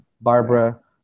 Barbara